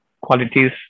qualities